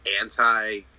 anti